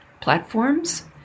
platforms